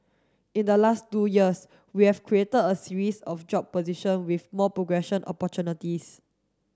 in the last two years we've created a series of job position with more progression opportunities